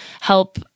help